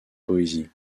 poésie